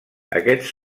aquests